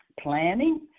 planning